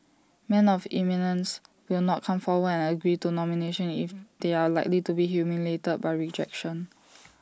men of eminence will not come forward and agree to nomination if they are likely to be humiliated by rejection